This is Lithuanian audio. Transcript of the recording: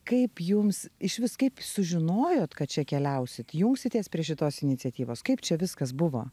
kaip jums išvis kaip sužinojot kad čia keliausit jungsitės prie šitos iniciatyvos kaip čia viskas buvo